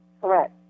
Correct